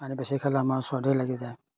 পানী বেছি খালে আমাৰ চৰ্দি লাগি যায়